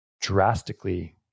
drastically